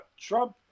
Trump